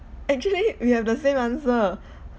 actually we have the same answer